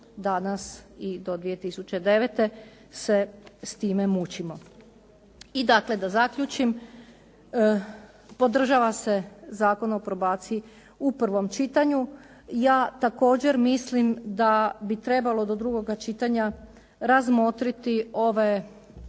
danas i do 2009. se s time mučimo. I dakle da zaključim, podržava se Zakon o probaciji u prvom čitanju. Ja također mislim da bi trebalo do drugoga čitanja razmotriti ove